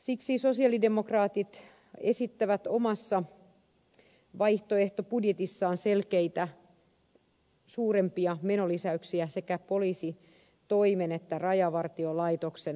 siksi sosialidemokraatit esittävät omassa vaihtoehtobudjetissaan selkeitä suurempia menolisäyksiä sekä poliisitoimen että rajavartiolaitoksen toimintamenoihin